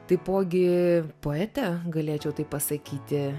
taipogi poete galėčiau taip pasakyti